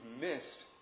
missed